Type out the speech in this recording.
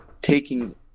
Taking